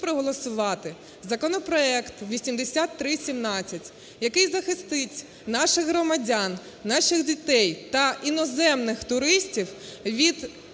проголосувати законопроект 8317, який захистить наших громадян, наших дітей та іноземних туристів від